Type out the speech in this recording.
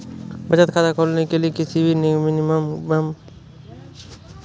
बचत खाता खोलने के लिए किसी भी मिनिमम बैलेंस की आवश्यकता नहीं होती है